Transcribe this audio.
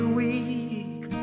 weak